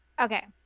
Okay